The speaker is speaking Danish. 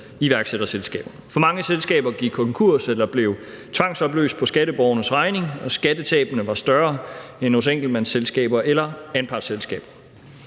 iværksætterselskaber. For mange selskaber gik konkurs eller blev tvangsopløst på skatteborgernes regning, og skattetabene var større end hos enkeltmandsselskaber eller anpartsselskaber.